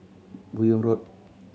Buyong Road